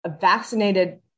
vaccinated